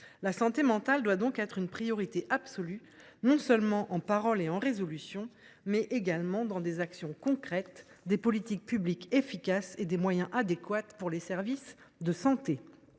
La santé mentale doit donc être une priorité absolue, qui se traduit non seulement en paroles et résolutions, mais également par des actions concrètes, des politiques publiques efficaces et des moyens adéquats pour les services de santé.